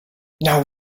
now